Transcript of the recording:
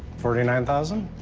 forty nine thousand?